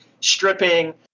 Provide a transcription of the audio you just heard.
stripping